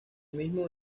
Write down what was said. mismo